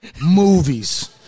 movies